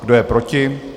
Kdo je proti?